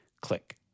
click